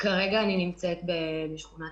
כרגע אני נמצאת בשכונת